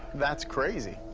that's crazy.